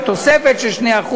תוספת של 2%,